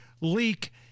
leak